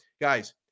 guys